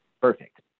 perfect